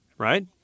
right